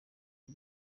del